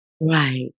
Right